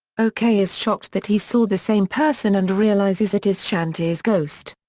o k. is shocked that he saw the same person and realizes it is shanti's ghost.